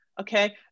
Okay